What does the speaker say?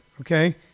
Okay